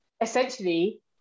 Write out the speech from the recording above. Essentially